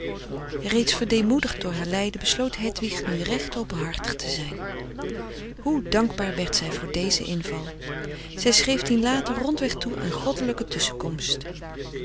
reeds verdeemoedigd door haar lijden besloot hedwig nu recht openhartig te zijn hoe dankbaar werd zij voor dezen inval zij schreef dien later rondweg toe aan goddelijke tusschenkomst